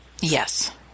Yes